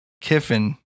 Kiffin